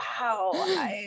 wow